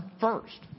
first